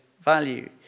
value